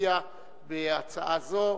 להצביע בהצעה זו.